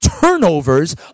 turnovers